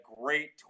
great